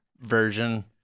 version